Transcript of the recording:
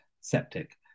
septic